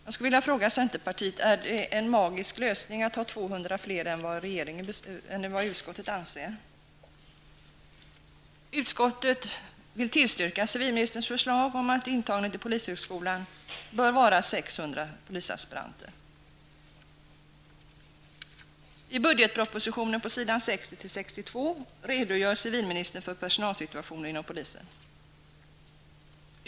Jag vill fråga centerpartiet: Är det en magisk lösning att föreslå 200 fler än vad utskottet föreslår? I budgetpropositionen, s. 60--62, redogör civilministern för personalsituationen inom polisen.